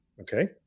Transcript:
okay